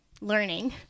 learning